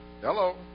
Hello